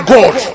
God